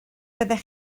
byddech